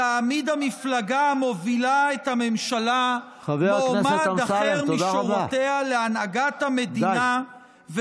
תעמיד המפלגה המובילה את הממשלה מועמד אחר משורותיה להנהגת המדינה,